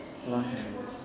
blonde hair yes